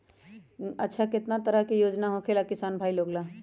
अच्छा कितना तरह के योजना होखेला किसान भाई लोग ला?